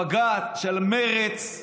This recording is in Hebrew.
הבג"ץ של מרצ,